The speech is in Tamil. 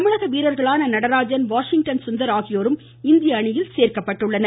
தமிழக வீரர்களான நடராஜன் வாஷிங்டன் சுந்தர் ஆகியோரும் இந்திய அணியில் சேர்க்கப்பட்டுள்ளனர்